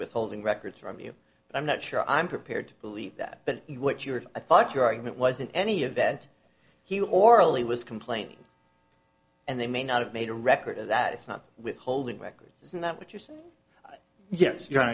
withholding records from you i'm not sure i'm prepared to believe that but what you're i thought your argument was in any event he or allee was complaining and they may not have made a record that it's not withholding records isn't that what you're saying yes you're